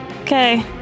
Okay